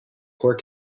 poor